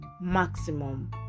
Maximum